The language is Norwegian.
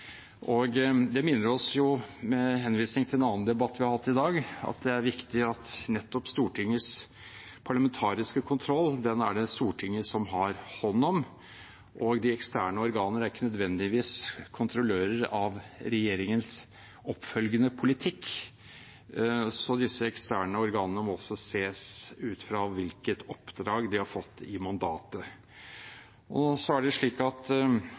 Det minner oss om, med henvisning til en annen debatt vi har hatt i dag, at det er viktig at nettopp Stortingets parlamentariske kontroll er det Stortinget som har hånd om. Eksterne organer er ikke nødvendigvis kontrollører av regjeringens oppfølgende politikk, så disse eksterne organene må også ses ut fra hvilket oppdrag de har fått i mandatet. Så erstatter man den tidligere instruksen fra 1952 med lov – det